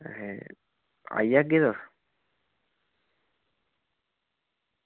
ते आई जाह्गे तुस